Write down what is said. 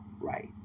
right